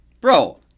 Bro